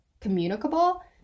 communicable